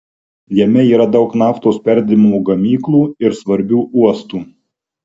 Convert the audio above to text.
jame yra daug naftos perdirbimo gamyklų ir svarbių uostų